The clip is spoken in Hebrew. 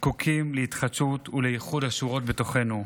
זקוקים להתחדשות ולאיחוד השורות בתוכנו,